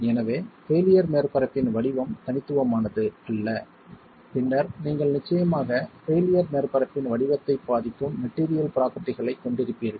எனவே பெயிலியர் மேற்பரப்பின் வடிவம் தனித்துவமானது அல்ல பின்னர் நீங்கள் நிச்சயமாக பெயிலியர் மேற்பரப்பின் வடிவத்தை பாதிக்கும் மெட்டிரியல் ப்ரோபெர்டிகளைக் கொண்டிருப்பீர்கள்